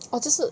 oh 就是